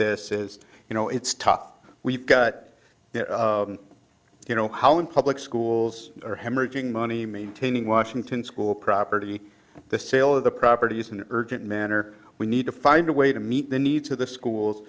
this is you know it's tough we've got you know how in public schools are hemorrhaging money maintaining washington school property the sale of the properties an urgent manner we need to find a way to meet the needs of the schools